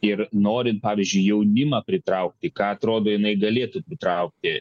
ir norint pavyzdžiui jaunimą pritraukti į ką atrodo jinai galėtų pritraukti